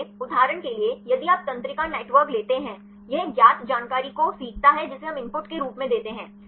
इसलिए उदाहरण के लिए यदि आप तंत्रिका नेटवर्क लेते हैं यह ज्ञात जानकारी को सीखता है जिसे हम इनपुट के रूप में देते हैं